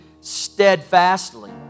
steadfastly